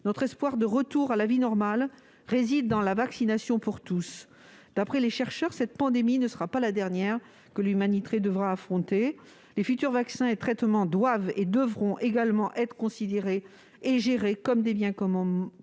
Notre espoir de retour à la vie normale réside dans la vaccination pour tous. D'après les chercheurs, cette pandémie ne sera pas la dernière que l'humanité devra affronter. Les futurs vaccins et traitements devront aussi être considérés et gérés comme des biens communs